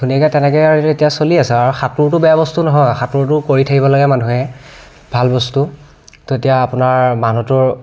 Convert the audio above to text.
ধুনীয়াকৈ তেনেকৈ আৰু এতিয়া চলি আছে আৰু সাঁতোৰটো বেয়া বস্তু নহয় সাঁতোৰটো কৰি থাকিব লাগে মানুহে ভাল বস্তু তেতিয়া আপোনাৰ মানুহটোৰ